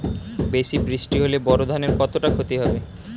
বেশি বৃষ্টি হলে বোরো ধানের কতটা খতি হবে?